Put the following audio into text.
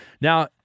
Now